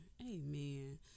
amen